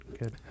Good